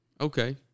Okay